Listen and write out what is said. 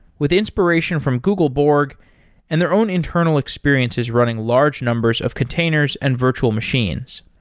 with inspiration from google borg and their own internal experiences running large numbers of containers and virtual machines.